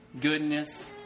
goodness